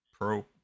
Pro